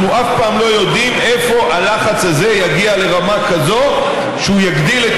אנחנו אף פעם לא יודעים איפה הלחץ הזה יגיע לרמה כזו שהוא יגדיל את